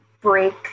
break